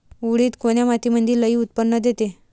उडीद कोन्या मातीमंदी लई उत्पन्न देते?